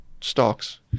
stocks